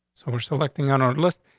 so we're selecting on our list.